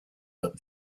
but